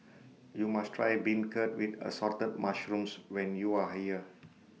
YOU must Try Beancurd with Assorted Mushrooms when YOU Are here